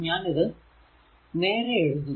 ഞാൻ ഇത് നേരെ എഴുതുന്നു